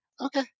Okay